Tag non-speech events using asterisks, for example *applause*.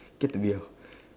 get to be a *breath*